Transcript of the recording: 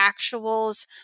actuals